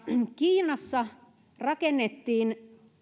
kiinassa rakennettiin